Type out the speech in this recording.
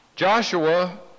Joshua